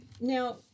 Now